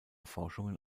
forschungen